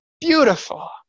beautiful